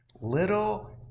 little